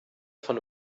von